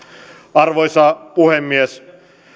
arvoisa puhemies